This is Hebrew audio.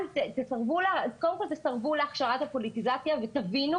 קודם כל תסרבו להכשרת הפוליטיזציה ותבינו,